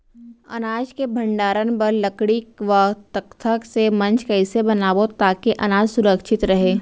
अनाज के भण्डारण बर लकड़ी व तख्ता से मंच कैसे बनाबो ताकि अनाज सुरक्षित रहे?